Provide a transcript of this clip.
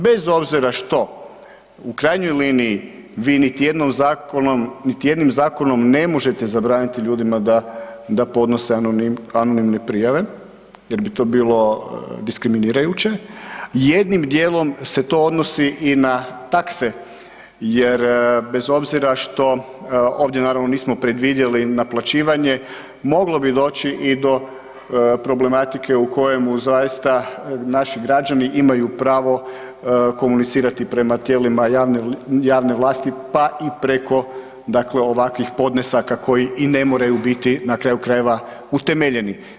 Bez obzira što u krajnjoj liniji, vi niti jednim zakonom ne možete zabraniti ljudima da podnose anonimne prijave jer bi to bilo diskriminirajuće, jednim djelom se to odnosi i na takse jer bez obzira što ovdje naravno nismo predvidjeli naplaćivanje, moglo bi doći i do problematike u kojemu zaista naši građani imaju pravo komunicirati prema tijelima javne vlasti pa i preko dakle ovakvih podnesaka koji i ne moraju biti na kraju krajeva, utemeljeni.